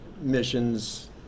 missions